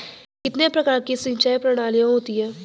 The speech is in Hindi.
कितने प्रकार की सिंचाई प्रणालियों होती हैं?